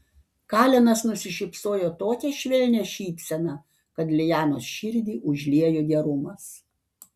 kalenas nusišypsojo tokia švelnia šypsena kad lianos širdį užliejo gerumas